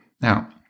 Now